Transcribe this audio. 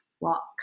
walk